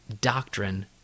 doctrine